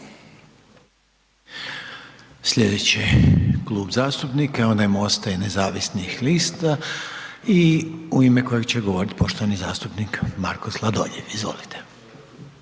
Slijedeći Klub zastupnika biti će onaj MOST-a nezavisnih lista u ime kojeg će govoriti poštovani zastupnik Miro Bulj. **Bulj,